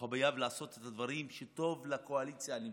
חייב לעשות דברים שטובים לקואליציה הנמצאת,